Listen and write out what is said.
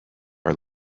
are